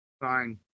Fine